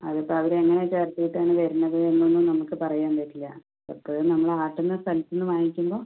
അത് ഇപ്പോൾ അവർ എങ്ങനെ ചേർത്തിട്ട് ആണ് വരുന്നത് എന്നൊന്നും നമുക്ക് പറയാൻ പറ്റില്ല എപ്പോഴും നമ്മൾ ആട്ടുന്ന സ്ഥലത്തിൽനിന്ന് വാങ്ങിക്കുമ്പോൾ